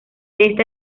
esta